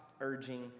urging